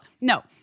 No